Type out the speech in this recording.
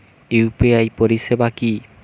UPI পরিসেবা কি?